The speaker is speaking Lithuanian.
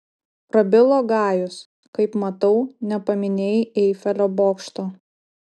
prabilo gajus kaip matau nepaminėjai eifelio bokšto